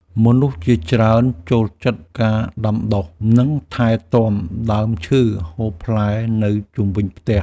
មនុស្សជាច្រើនចូលចិត្តការដាំដុះ និងថែទាំដើមឈើហូបផ្លែនៅជុំវិញផ្ទះ។